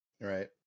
Right